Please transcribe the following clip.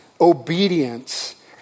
obedience